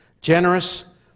generous